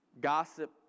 gossip